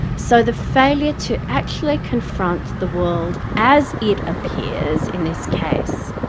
so the failure to actually confront the world as it appears in this case,